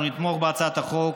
אנחנו נתמוך בהצעת החוק,